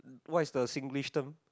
what is the Singlish term